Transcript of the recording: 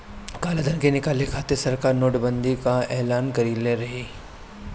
कालाधन के निकाले खातिर सरकार नोट बंदी कअ एलान कईले रहे